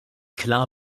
klar